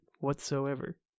whatsoever